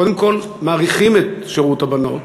קודם כול, מאריכים את שירות הבנות,